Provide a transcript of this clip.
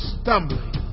stumbling